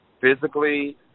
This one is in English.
Physically